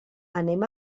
anem